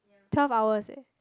twelve hours eh